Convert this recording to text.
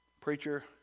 Preacher